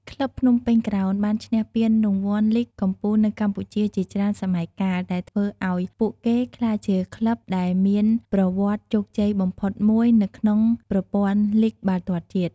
ក្លឹបភ្នំពេញក្រោនបានឈ្នះពានរង្វាន់លីគកំពូលនៅកម្ពុជា ជាច្រើនសម័យកាល ដែលធ្វើឲ្យពួកគេក្លាយជាក្លឹបដែលមានប្រវត្តិជោគជ័យបំផុតមួយនៅក្នុងប្រព័ន្ធលីគបាល់ទាត់ជាតិ។